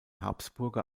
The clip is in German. habsburger